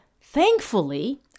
Thankfully